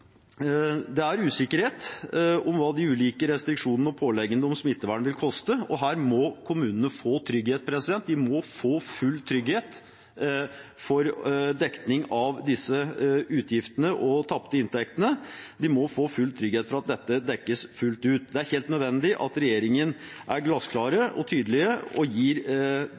påleggene om smittevern vil koste. Her må kommunene få trygghet. De må få full trygghet for dekning av disse utgiftene og de tapte inntektene. De må få full trygghet for at dette dekkes fullt ut. Det er helt nødvendig at regjeringen er glassklar og tydelig og gir